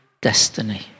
destiny